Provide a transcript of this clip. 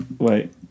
Wait